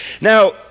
Now